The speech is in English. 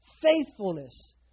faithfulness